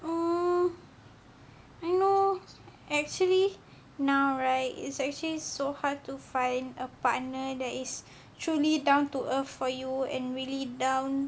hmm I know actually now right is actually so hard to find a partner that is truly down to earth for you and really down